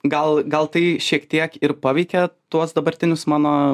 gal gal tai šiek tiek ir paveikė tuos dabartinius mano